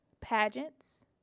pageants